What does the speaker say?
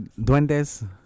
Duendes